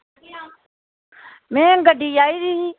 में गड्डी चाहिदी ही